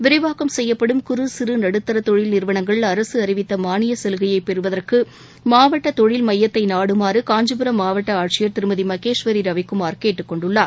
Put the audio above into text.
விரிவாக்கம் செய்யப்படும் குறு சிறு நடுத்தர தொழில்நிறுவனங்கள் அரசு அறிவித்த மானிய சலுகையை பெறுவதற்கு மாவட்ட தொழில் மையத்தை நாடுமாறு காஞ்சிபுரம் மாவட்ட ஆட்சியர் திருமதி மகேஸ்வரி ரவிக்குமார் கேட்டுக்கொண்டுள்ளார்